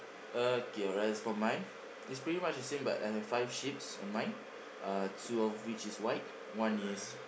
okay alright as for mine it's pretty much the same but I have five sheep's on mine uh two of which is white one is